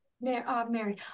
Mary